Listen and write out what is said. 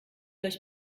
euch